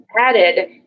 added